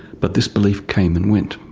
but this belief came and went.